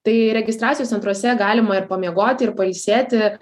tai registracijos centruose galima ir pamiegoti ir pailsėti